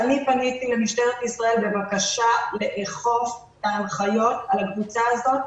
אני פניתי למשטרת ישראל בבקשה לאכוף את ההנחיות לקבוצה הזאת,